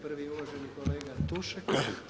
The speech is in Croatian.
Prvi je uvaženi kolega Tušek.